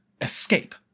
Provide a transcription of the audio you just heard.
escape